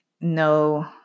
no